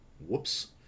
Whoops